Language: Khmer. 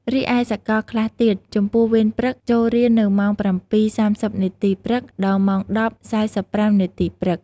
រីឯសកលខ្លះទៀត ចំពោះវេនព្រឹក ចូលរៀននៅម៉ោង ៧ៈ៣០ នាទី ព្រឹក ដល់ម៉ោង ១០ៈ៤៥ នាទី ព្រឹក ។